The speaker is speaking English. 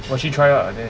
我去 try ah then